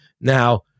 Now